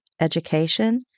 education